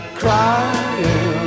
crying